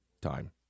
time